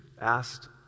asked